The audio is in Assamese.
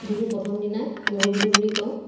বিহু প্ৰথম দিনা গৰু বিহু বুলি কওঁ